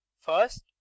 First